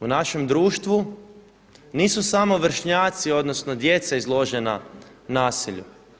U našem društvu nisu samo vršnjaci, odnosno djeca izložena nasilju.